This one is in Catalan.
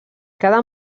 cada